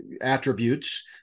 attributes